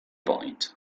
point